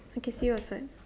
okay see you outside